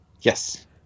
Yes